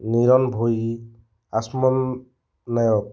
ନିରନ୍ ଭୋଇ ଆସମନ ନାୟକ